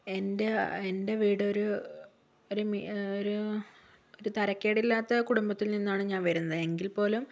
എൻ്റെ അ എൻ്റെ വീട് ഒരു ഒരു ഒരു തരക്കേടില്ലാത്ത കുടുംബത്തിൽ നിന്നാണ് ഞാൻ വരുന്നത് എങ്കിൽ പോലും